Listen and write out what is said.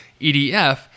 EDF